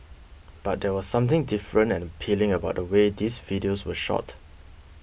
but there was something different and appealing about the way these videos were shot